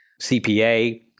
CPA